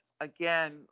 again